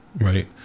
right